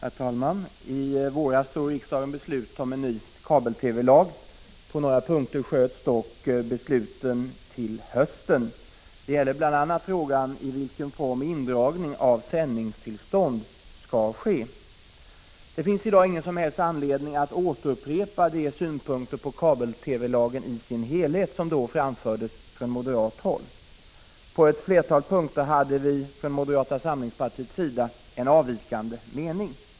Herr talman! I våras fattade riksdagen belut om ny kabel-TV-lag. På några punkter sköts beslutet till hösten. Det gäller bl.a. frågan om i vilken form indragning av sändningstillstånd skall kunna ske. Det finns i dag ingen som helst anledning att upprepa de synpunkter på kabel-TV-lagen i dess helhet som då framfördes från moderat håll. På ett flertal punkter hade vi i moderata samlingspartiet en avvikande mening.